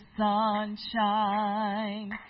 sunshine